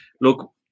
look